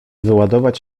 wyładować